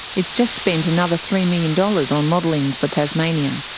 it's just spent another three million dollars on modelling for tasmania.